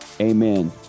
amen